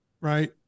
Right